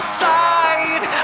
side